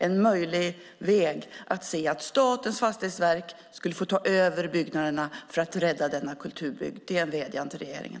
En möjlig väg att se är att Statens fastighetsverk får ta över byggnaderna för att rädda denna kulturbygd. Det är en vädjan till regeringen.